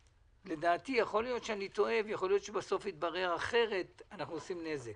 לדעתי - יכול להיות שאני טועה ובסוף יתברר אחרת אנחנו עושים נזק,